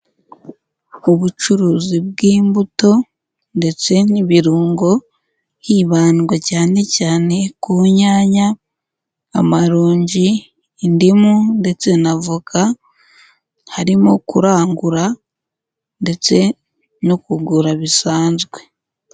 Ubucuruzi bw'imbuto ndetse n'ibirungo, hibandwa cyane cyane ku nyanya, amarongi, indimu ndetse na voka, harimo kurangura ndetse no kugura bisanzwe.